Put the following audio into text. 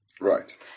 Right